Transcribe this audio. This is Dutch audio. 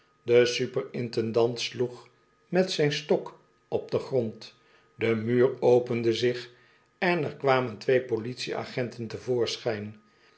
de super intendant sloeg met zijn stok op den grond de muur opende zich en er kwamen twee politie-agenten